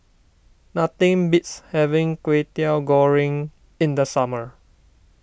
nothing beats having Kwetiau Goreng in the summer